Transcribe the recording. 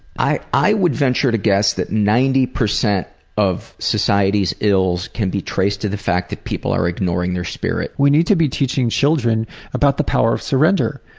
i i would venture to guess that ninety percent of society's ills can be traced to the fact that people are ignoring their spirit. we need to be teaching children about the power of surrender.